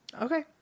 okay